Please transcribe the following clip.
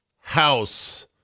house